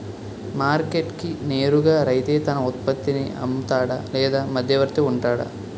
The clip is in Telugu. మార్కెట్ కి నేరుగా రైతే తన ఉత్పత్తి నీ అమ్ముతాడ లేక మధ్యవర్తి వుంటాడా?